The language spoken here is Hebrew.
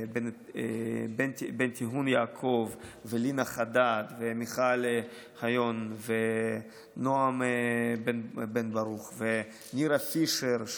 ובנטיהון יעקב ולינה חדד ומיכל חיון ונועם בן ברוך ונירה פישר,